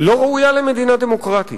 לא ראויה למדינה דמוקרטית.